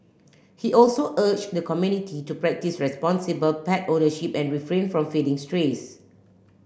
he also urged the community to practise responsible pet ownership and refrain from feeding strays